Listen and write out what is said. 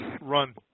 run